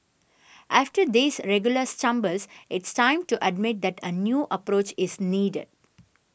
after these regular stumbles it's time to admit that a new approach is needed